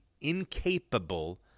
incapable